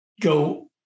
go